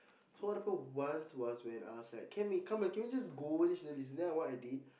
so what happened once was when I was like Tammy come ah can you just go then she don't listen then what I did